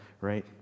right